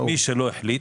מי שלא החליט,